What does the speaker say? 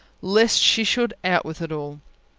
lest she should out with it all.